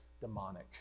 demonic